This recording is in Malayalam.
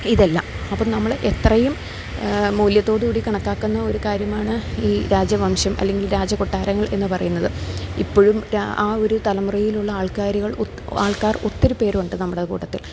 ഇതെല്ലാം അപ്പം നമ്മള് എത്രയും മൂല്യത്തോടുകൂടി കണക്കാക്കുന്ന ഒരു കാര്യമാണ് ഈ രാജവംശം അല്ലെങ്കിൽ രാജകൊട്ടാരങ്ങൾ എന്ന് പറയുന്നത് ഇപ്പഴും രാ ആ ഒരു തലമുറയിലുള്ള ആൾക്കാരികൾ ആൾക്കാർ ഒത്തിരി പേരുണ്ട് നമ്മുടെ കൂട്ടത്തിൽ